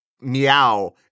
meow